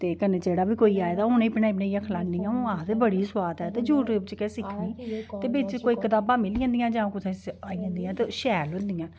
ते कन्नै जेह्डा़ बी कोई आएदा होए आऊं बनाई बनाई खिलानी ते आखदे बड़ी गै स्वाद ऐ ते यूटयूब शा गे सिक्खनी ते बिच कोई किताबां थ्होई जंदियां न ते शैल होंदियां न